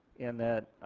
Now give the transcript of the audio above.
in that